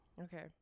Okay